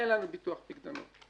אין לנו ביטוח פיקדונות.